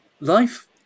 Life